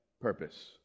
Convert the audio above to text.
purpose